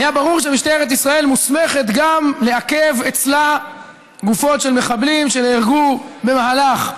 משטרת ישראל מוסמכת גם לעכב אצלה גופות של מחבלים שנהרגו במהלך פיגוע,